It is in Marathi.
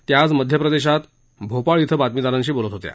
त्या आज मध्य प्रदेशात भोपाळ इथं बातमीदारांशी बोलत होत्या